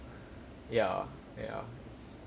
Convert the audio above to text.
ya ya